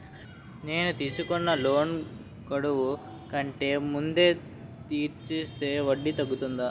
నేను తీసుకున్న లోన్ గడువు కంటే ముందే తీర్చేస్తే వడ్డీ తగ్గుతుందా?